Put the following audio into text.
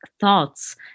thoughts